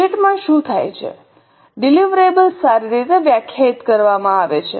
budget માં શું થાય છે ડિલિવરેબલ્સ સારી રીતે વ્યાખ્યાયિત કરવામાં આવે છે